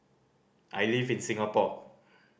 I live in Singapore